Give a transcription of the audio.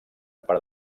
per